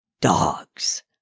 dogs